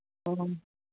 ꯎꯝ